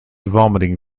vomiting